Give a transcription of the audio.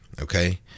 okay